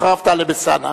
אחריו, טלב אלסאנע.